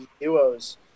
duos